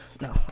No